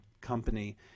company